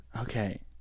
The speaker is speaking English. Okay